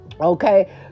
okay